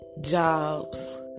jobs